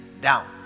down